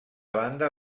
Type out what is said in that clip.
banda